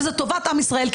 וזאת טובת עם ישראל,